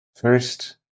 First